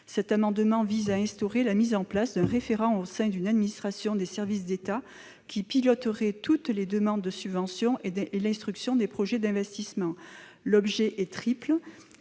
Cet amendement tend à mettre en place un référent au sein d'une administration des services de l'État qui piloterait toutes les demandes de subventions et l'instruction des projets d'investissement. L'objectif est triple